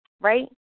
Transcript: right